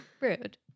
Rude